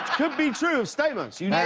could be true, stamos, you never,